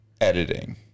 editing